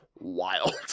wild